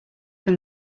from